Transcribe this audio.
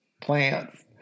plants